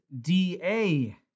DA